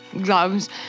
gloves